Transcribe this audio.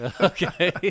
Okay